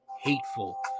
hateful